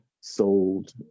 sold